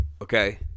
okay